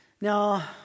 Now